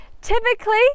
Typically